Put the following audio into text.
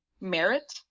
merit